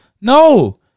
no